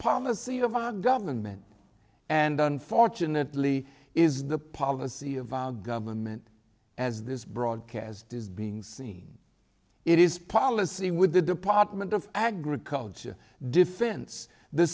policy of our government and unfortunately is the policy of the government as this broadcast is being seen it is policy with the department of agriculture defense the